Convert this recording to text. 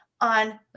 on